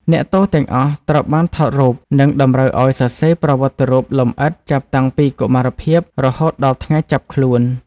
អ្នកទោសទាំងអស់ត្រូវបានថតរូប និងតម្រូវឱ្យសរសេរប្រវត្តិរូបលម្អិតចាប់តាំងពីកុមារភាពរហូតដល់ថ្ងៃចាប់ខ្លួន។